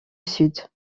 sud